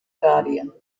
guardian